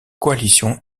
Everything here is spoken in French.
coalition